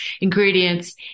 ingredients